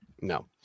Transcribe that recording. No